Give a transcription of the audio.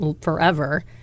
forever